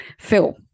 Phil